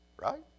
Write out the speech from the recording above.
right